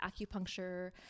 acupuncture